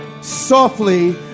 softly